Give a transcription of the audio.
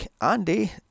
Andy